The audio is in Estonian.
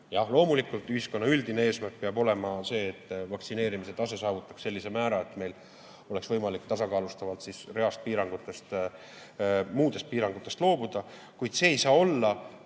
Jah, loomulikult, ühiskonna üldine eesmärk peab olema see, et vaktsineerimise tase saavutaks sellise määra, et meil oleks võimalik tasakaalustavalt reast piirangutest, muudest piirangutest loobuda. Kuid see ei saa olla